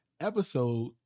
Episode